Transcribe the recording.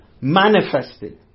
manifested